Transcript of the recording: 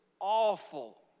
awful